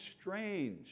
strange